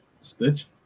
Stitch